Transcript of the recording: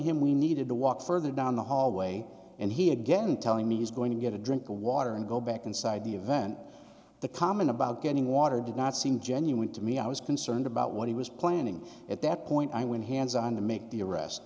him we needed to walk further down the hallway and he again telling me he's going to get a drink of water and go back inside the event the comment about getting water did not seem genuine to me i was concerned about what he was planning at that point i win hands on the make the arrest